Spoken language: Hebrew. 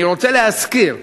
אני רוצה להזכיר,